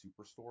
Superstore